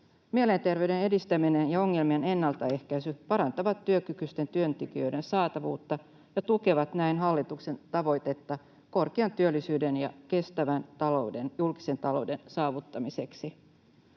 Mielenterveyden edistäminen ja ongelmien ennaltaehkäisy parantavat työkykyisten työntekijöiden saatavuutta ja tukevat näin hallituksen tavoitetta korkean työllisyyden ja kestävän julkisen talouden saavuttamiseksi.